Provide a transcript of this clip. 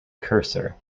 cursor